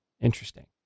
interesting